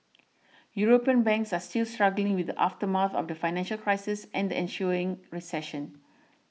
European banks are still struggling with the aftermath of the financial crisis and the ensuing recession